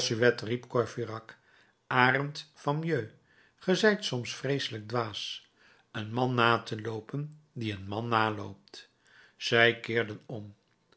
courfeyrac arend van meaux ge zijt soms vreeselijk dwaas een man na te loopen die een man naloopt zij keerden om